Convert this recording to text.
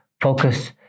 focus